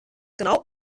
genau